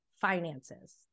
finances